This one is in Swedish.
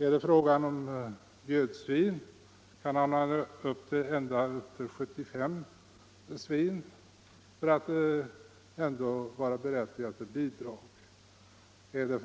Är det fråga om gödsvin får man ha ända upp till 75 djur och ändå vara berättigad till bidrag, och för